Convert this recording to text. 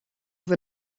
the